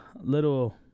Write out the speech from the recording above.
little